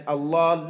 Allah